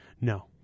No